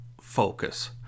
focus